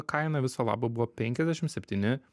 kaina viso labo buvo penkiasdešim septyni